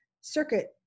circuit